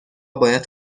باید